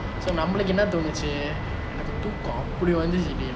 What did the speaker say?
so தூக்கம் அப்டி வந்துச்சி:thookkam apdi vanthuchi